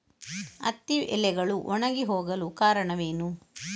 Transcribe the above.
ಹತ್ತಿ ಎಲೆಗಳು ಒಣಗಿ ಹೋಗಲು ಕಾರಣವೇನು?